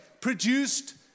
produced